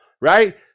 Right